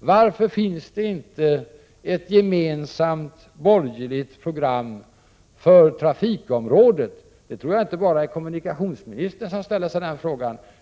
Varför finns det inte ett gemensamt borgerligt program för trafikområdet? Jag tror inte att det bara är kommunikationsministern som ställer sig denna fråga.